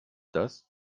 das